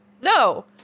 no